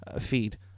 feed